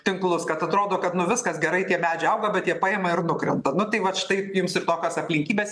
tinklus kad atrodo kad nu viskas gerai tie medžiai auga bet jie paima ir nukrenta nu tai vat štai jums ir tokios aplinkybės